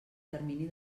termini